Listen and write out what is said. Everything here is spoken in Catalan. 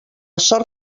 sort